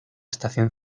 estación